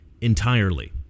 entirely